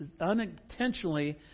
unintentionally